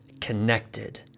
connected